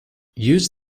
use